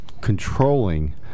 controlling